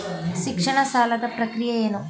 ಶಿಕ್ಷಣ ಸಾಲದ ಪ್ರಕ್ರಿಯೆ ಏನು?